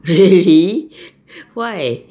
really why